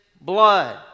blood